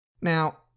Now